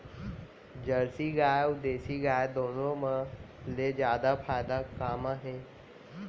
Jersey गाय अऊ देसी गाय दूनो मा ले जादा फायदा का मा हे?